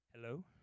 Hello